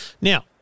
Now